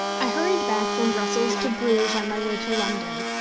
i hurried back from brussels to bruges on my way to london,